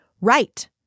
Right